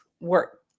work